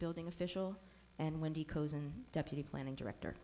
building official and wendy cozen deputy planning director